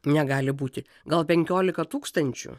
negali būti gal penkiolika tūkstančių